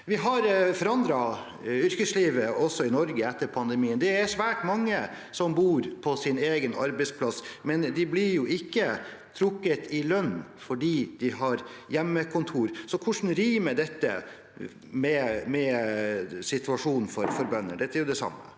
Vi har forandret yrkeslivet i Norge etter pandemien. Det er svært mange som bor på sin egen arbeidsplass, men de blir ikke trukket i lønn selv om de har hjemmekontor. Hvordan rimer dette med situasjonen for bønder? Dette er jo det samme.